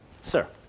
Sir